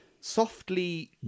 softly